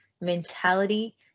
mentality